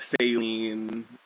Saline